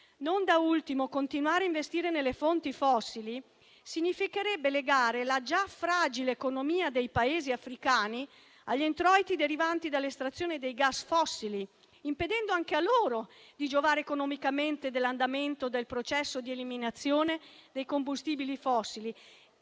Non da ultimo, continuare a investire nelle fonti fossili significherebbe legare la già fragile economia dei Paesi africani agli introiti derivanti dall'estrazione dei gas fossili, impedendo anche a loro di giovarsi economicamente dell'andamento del processo di eliminazione dei combustibili fossili